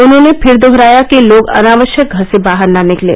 उन्होंने फिर दोहराया कि लोग अनावश्यक घर से बाहर न निकलें